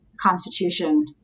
constitution